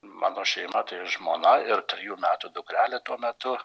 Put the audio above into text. mano šeima tai žmona ir trejų metų dukrelė tuo metu